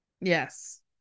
Yes